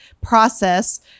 process